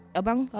abang